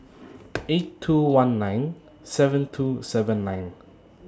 eight two one nine seven two seven nine